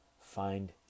Find